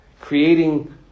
creating